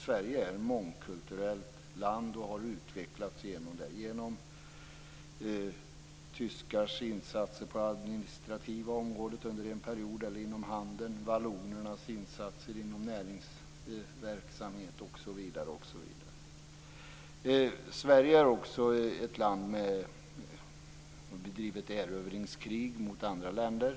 Sverige är ett mångkulturellt land och har utvecklats genom det. Vi har utvecklats genom tyskars insatser på det administrativa området och inom handeln under en period, genom vallonernas insatser inom näringsverksamheten osv. Sverige är också ett land som har bedrivit erövringskrig mot andra länder.